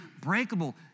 breakable